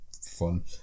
fun